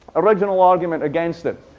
original argument against it.